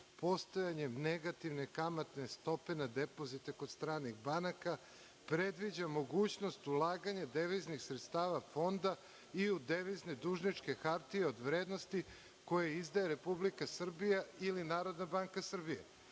postojanjem negativne kamatne stope na depozite kod stranih banaka predviđa mogućnost ulaganja deviznih sredstava fonda i u devizne dužničke hartije od vrednosti koje izdaje Republika Srbija ili Narodna banka